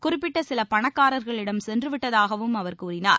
குறிப்பிட்ட சில பணக்காரர்களிடம் சென்றுவிட்டதாகவும் அவர் கூறினார்